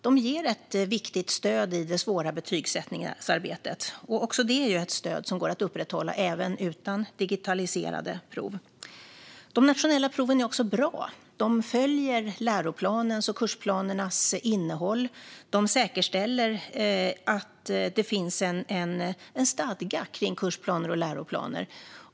De ger ett viktigt stöd i det svåra betygsättningsarbetet. Också det är ett stöd som går att upprätthålla även utan digitaliserade prov. De nationella proven är bra. De följer läroplanernas och kursplanernas innehåll. De säkerställer att det finns en stadga kring kursplaner och läroplaner.